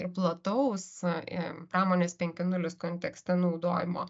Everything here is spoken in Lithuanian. ir plataus pramonės penki nulis kontekste naudojimo